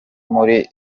muri